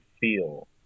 feel